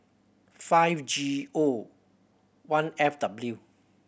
five G O one F W